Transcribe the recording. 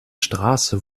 straße